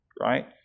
Right